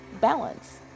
balance